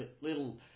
little